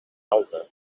falda